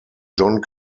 john